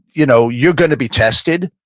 you know you're going to be tested,